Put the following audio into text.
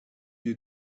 you